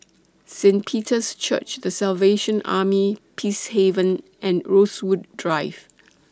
Saint Peter's Church The Salvation Army Peacehaven and Rosewood Drive